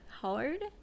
hard